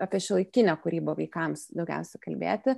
apie šiuolaikinę kūrybą vaikams daugiausia kalbėti